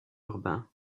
urbain